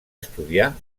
estudiar